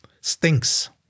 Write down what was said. stinks